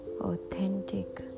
authentic